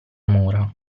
mura